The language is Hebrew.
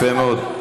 יפה מאוד.